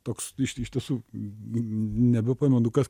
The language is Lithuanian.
toks iš iš tiesų nebepamenu kas